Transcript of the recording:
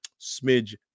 smidge